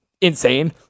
insane